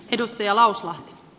arvoisa puhemies